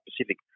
Pacific